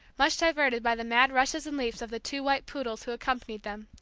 much diverted by the mad rushes and leaps of the two white poodles who accompanied them.